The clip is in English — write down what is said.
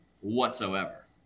whatsoever